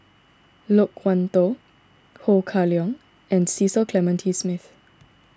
Loke Wan Tho Ho Kah Leong and Cecil Clementi Smith